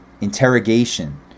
interrogation